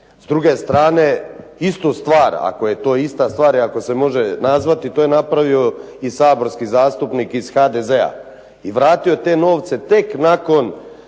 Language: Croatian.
S druge strane istu stvar, ako je to ista stvar i ako se može nazvati to je napravio i saborski zastupnik iz HDZ-a i vratio te novce tek nakon